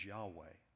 Yahweh